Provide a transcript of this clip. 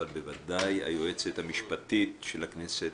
אבל בוודאי היועצת המשפטית של הכנסת